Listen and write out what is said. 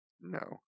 No